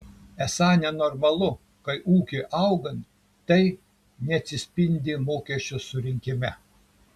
esą nenormalu kai ūkiui augant tai neatsispindi mokesčių surinkime